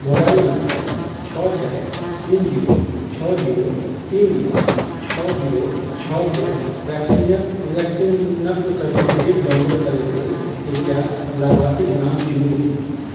mobile number छओ चारि तीन जीरो छ जीरो तीन नओ छओ जीरो छओ के वैक्सीनक सर्टिफिकेट डाउनलोड करैक लेल कृपया लाभार्थीक नाम चुनू